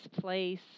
place